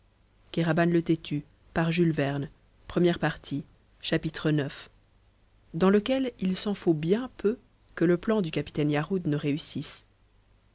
ix dans lequel il s'en faut bien peu que le plan du capitaine yarhud ne réussisse